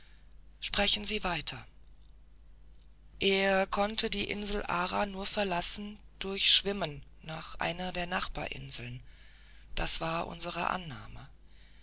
sprechen sie weiter er konnte die insel ara nur verlassen durch schwimmen nach einer der nachbarinseln das war unsere annahme